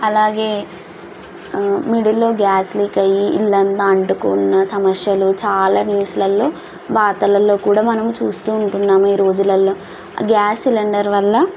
అలాగే మిడిల్లో gas leak అయ్యి ఇల్లంతా అంటుకున్న సమస్యలు చాలా న్యూస్లల్లో వార్తలల్లో కూడా మనం చూస్తూ ఉంటున్నాం ఈరోజులలో గ్యాస్ సిలిండర్ వల్ల